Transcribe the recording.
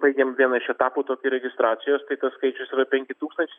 baigėm vieną iš etapų tokį registracijos tai tas skaičius yra penki tūkstančiai